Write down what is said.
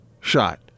shot